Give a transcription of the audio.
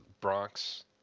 Bronx